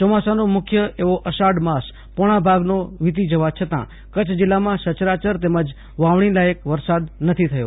ચોમાસાનો મુખ્ય એવો અષાઢ માસ પોણા ભાગનો વીતી જવા છતાં કચ્છ જિલ્લામાં સચરાચર તેમજ વાવણીલાયક વરસાદ નથી થયો